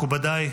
מכובדיי,